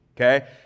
okay